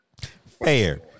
Fair